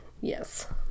yes